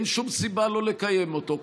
אין שום סיבה לא לקיים אותו,